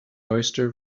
oyster